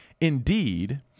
Indeed